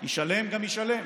ישלם גם ישלם,